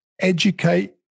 educate